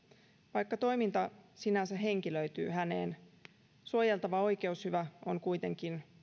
vaikka toiminta sinänsä henkilöityy häneen suojeltava oikeushyvä on kuitenkin